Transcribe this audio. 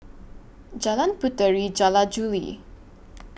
Jalan Puteri Jula Juli